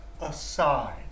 aside